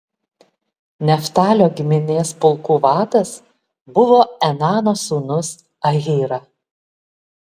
neftalio giminės pulkų vadas buvo enano sūnus ahyra